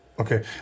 Okay